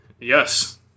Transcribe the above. Yes